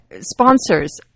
Sponsors